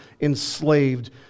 enslaved